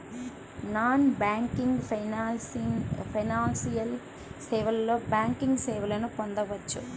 Non banking financial సేవలో banking సేవలను పొందవచ్చా?